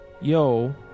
yo